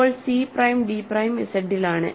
ഇപ്പോൾ C prime D prime ഇസഡിലാണ്